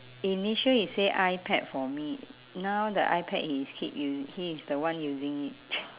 initial he say ipad for me now the ipad is keep usi~ he is the one using it